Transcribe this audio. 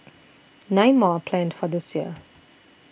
nine more are planned for this year